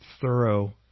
thorough